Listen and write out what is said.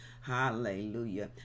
hallelujah